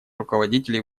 руководителей